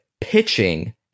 pitching